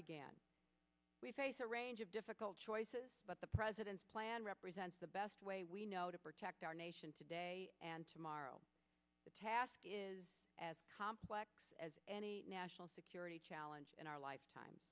began we face a range of difficult choices but the president's plan represents the best way we know to protect our nation today and tomorrow the task is as complex as any national security challenge in our lifetime